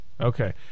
okay